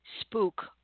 Spook